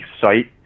site